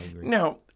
Now